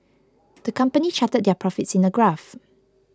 the company charted their profits in a graph